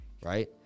right